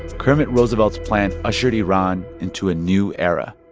kermit roosevelt's plan ushered iran into a new era